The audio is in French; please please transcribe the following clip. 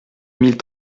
mille